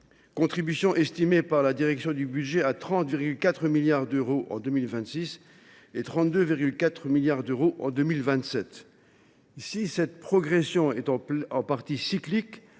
ci étant estimée par la direction du budget à 30,4 milliards d’euros en 2026 et à 32,4 milliards d’euros en 2027. Si cette progression est en partie cyclique,